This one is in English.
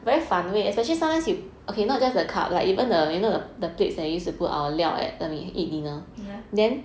ya